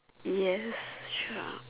yes sure